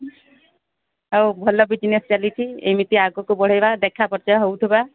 ହଉ ଭଲ ବିଜନେସ୍ ଚାଲିଛିି ଏମିତି ଆଗକୁ ବଢ଼େଇବା ଦେଖା ପରିଚୟ ହେଉଥିବା